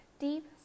deep